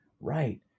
right